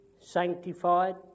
sanctified